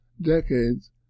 decades